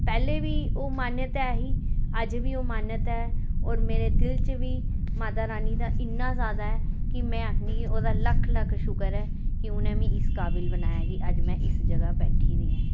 पैह्ले वी ओह् मान्यता ऐ ही अज वी ओह् मान्यता ऐ और मेरे दिल च वी माता रानी दा इन्ना जैदा ऐ कि में आक्खनी कि ओह्दा लक्ख लक्ख शुकर ऐ कि उनैं मि इस काबिल बनाया कि अज में इस जगाह् बैठी दियां ऐं